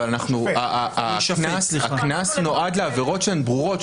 אבל הקנס נועד לעבירות שהן ברורות,